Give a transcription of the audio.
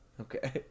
Okay